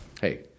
hey